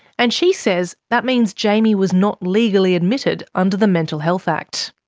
and she says that means jaimie was not legally admitted under the mental health act.